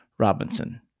robinson